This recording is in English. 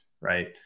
Right